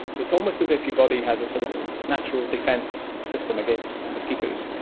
so it's almost as if your body has a sort of natural defence system against mosquitoes,